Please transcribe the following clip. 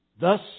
Thus